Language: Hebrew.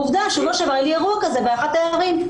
עובדה, בשבוע שעבר היה לי אירוע כזה באחת הערים.